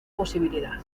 posibilidad